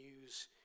use